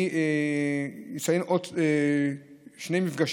אני אציין עוד שני מפגשים.